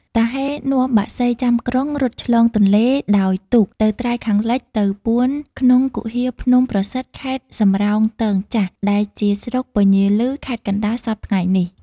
តាហ៊េនាំបក្សីចាំក្រុងរត់ឆ្លងទនេ្លដោយទូកទៅត្រើយខាងលិច ទៅពួន ក្នុងគុហាភ្នំប្រសិទ្ធិខេត្តសំរោងទងចាស់ ដែលជាស្រុកពញាឭ ខេត្តកណ្តាល សព្វថៃ្ងនេះ។